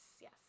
yes